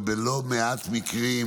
ובלא מעט מקרים,